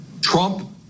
Trump